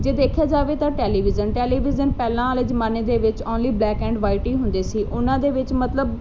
ਜੇ ਦੇਖਿਆ ਜਾਵੇ ਤਾਂ ਟੈਲੀਵਿਜ਼ਨ ਟੈਲੀਵਿਜ਼ਨ ਪਹਿਲਾਂ ਵਾਲੇ ਜਮਾਨੇ ਦੇ ਵਿੱਚ ਓਨਲੀ ਬਲੈਕ ਐਂਡ ਵਾਈਟ ਹੀ ਹੁੰਦੇ ਸੀ ਉਹਨਾਂ ਦੇ ਵਿੱਚ ਮਤਲਬ